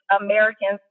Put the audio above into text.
Americans